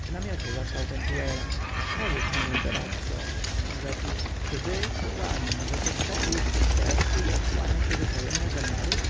w namiocie zastał pentuera powiedz mi mój doradco rzekł czy wy kapłani możecie czytać w ludzkiem sercu i odsłaniać jego tajemne zamiary